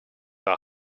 are